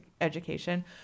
education